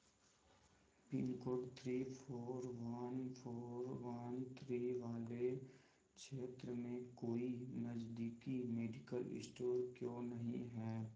pin code three four one four one three वाले क्षेत्र में कोई नज़दीकी मेडिकल इस्टोर क्यों नहीं है